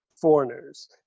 foreigners